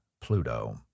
Pluto